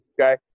okay